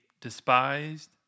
despised